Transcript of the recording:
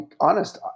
honest